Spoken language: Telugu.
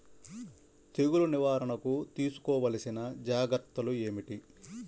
తెగులు నివారణకు తీసుకోవలసిన జాగ్రత్తలు ఏమిటీ?